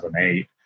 2008